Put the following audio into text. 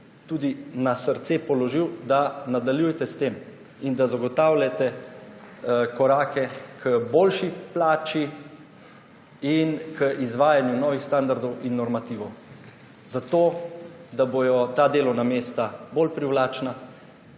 tudi na srce položil, da nadaljujte s tem in da zagotavljajte korake k boljši plači in k izvajanju novih standardov in normativov, da bodo ta delovna mesta bolj privlačna,